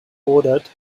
ordered